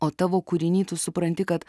o tavo kūriny tu supranti kad